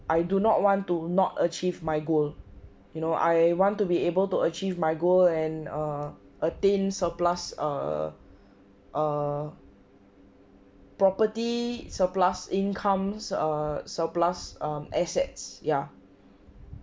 I do not want to not achieved my goal you know I want to be able to achieve my goal and err attain surplus err err property surplus incomes err surplus um assets ya